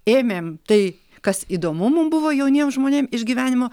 ėmėm tai kas įdomu mum buvo jauniem žmonėm iš gyvenimo